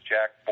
Jack